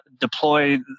deploy